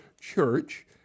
church